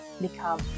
become